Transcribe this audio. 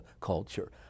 culture